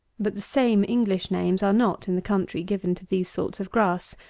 but the same english names are not in the country given to these sorts of grass.